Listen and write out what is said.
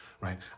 right